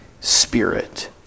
spirit